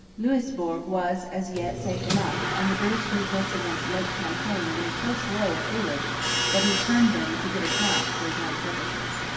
louisbourg was, as yet, safe enough and the british movements against lake champlain were so slow and foolish that he turned them to good account for his own purposes.